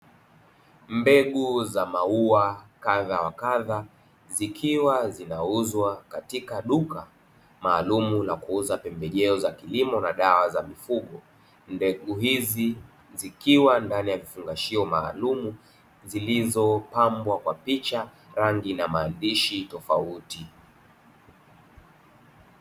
Mbegu za mauwa kadha wa kadha zikiwa zinauzwa katika duka maalumu la kuuza pembejeo za kilimo na dawa za mifugo, mbegu hizi zikiwa ndani ya vifungashio maalumu vilivyopangwa kwa picha na maandishi tofauti.